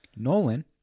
Nolan